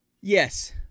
yes